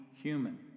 human